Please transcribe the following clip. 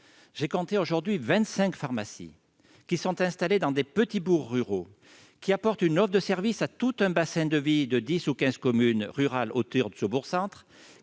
compte aujourd'hui 25 pharmacies installées dans de petits bourgs ruraux et apportant une offre de services à un bassin de vie composé de 10 à 15 communes rurales autour de ce bourg-centre.